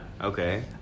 Okay